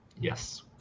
Yes